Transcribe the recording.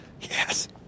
Yes